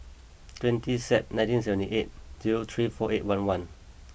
twenty Sep nineteen seventy eight zero three four eight one one